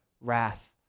wrath